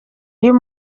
uyu